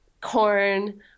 corn